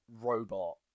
robot